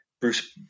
Bruce